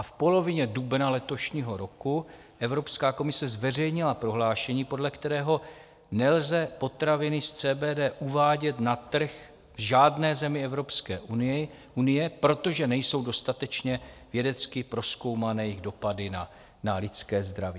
V polovině dubna letošního roku Evropská komise zveřejnila prohlášení, podle kterého nelze potraviny s CBD uvádět na trh v žádné zemi Evropské unie, protože nejsou dostatečně vědecky prozkoumané jejich dopady na lidské zdraví.